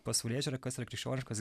pasaulėžiūra kas yra krikščioniškas